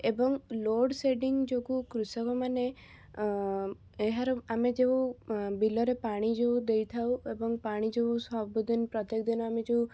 ଏବଂ load shedding ଯୋଗୁଁ କୃଷକମାନେ ଏହାର ଆମେ ଯେଉଁ ବିଲରେ ପାଣି ଯେଉଁ ଦେଇଥାଉ ଏବଂ ପାଣି ଯେଉଁ ସବୁଦିନ ପ୍ରତ୍ୟେକ ଦିନ ଆମେ ଯେଉଁ